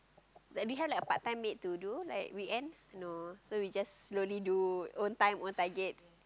like become a like a part time maid to do like weekend so we just slowly do own time own target